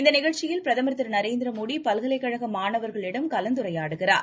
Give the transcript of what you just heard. இந்த நிகழ்ச்சியில் பிரதமர் திருநரேந்திர மோடி பல்கலைக்கழக மாணவர்களிடம் கலந்துரையாடினார்